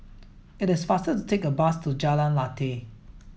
it is faster to take a bus to Jalan Lateh